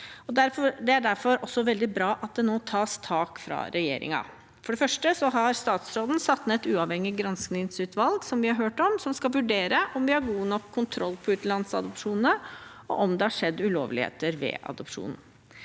Det er derfor veldig bra at det nå tas tak fra regjeringen. For det første har statsråden satt ned et uavhengig granskingsutvalg, som vi har hørt om, som skal vurdere om vi har god nok kontroll på utenlandsadopsjonene, og om det har skjedd ulovligheter ved adopsjon.